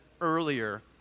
earlier